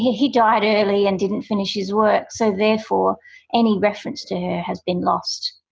he died early and didn't finish his work, so therefore any reference to her has been lost.